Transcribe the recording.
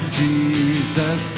jesus